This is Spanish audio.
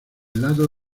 lado